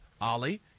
Ollie